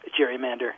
gerrymander